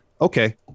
okay